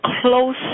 close